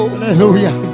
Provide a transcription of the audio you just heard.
Hallelujah